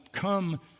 come